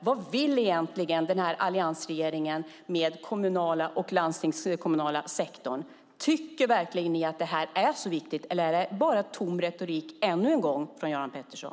Vad vill egentligen alliansregeringen med kommunala och landstingskommunala sektorn? Tycker ni verkligen att det är så viktigt, eller är det bara tom retorik ännu en gång från Göran Pettersson?